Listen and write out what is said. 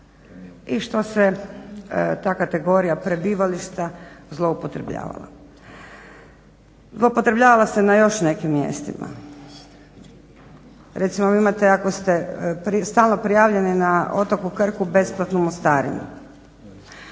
i što se ta kategorija prebivališta zloupotrebljavala. Zloupotrebljavala se na još nekim mjestima. Recimo imate ako ste stalno prijavljeni na otoku Krku besplatnu mostarinu,